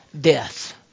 death